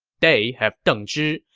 they have deng zhi,